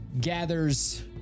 gathers